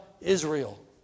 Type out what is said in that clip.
Israel